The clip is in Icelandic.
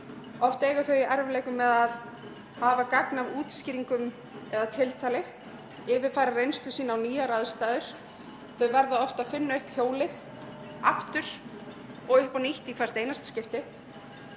Oft eiga þau í erfiðleikum með að hafa gagn af útskýringum eða tiltali, yfirfæra reynslu sína á nýjar aðstæður og verða oft að finna upp hjólið upp á nýtt í hvert einasta skipti.